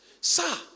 Sir